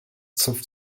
zupft